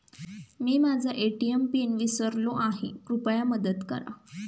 मी माझा ATM PIN विसरलो आहे, कृपया मदत करा